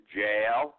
jail